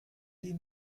die